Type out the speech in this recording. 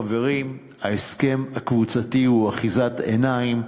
חברים, ההסכם הקבוצתי הוא אחיזת עיניים.